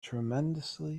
tremendously